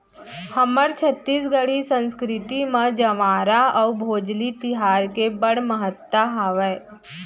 हमर छत्तीसगढ़ी संस्कृति म जंवारा अउ भोजली तिहार के बड़ महत्ता हावय